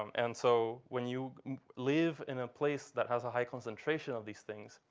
um and so when you live in a place that has a high concentration of these things,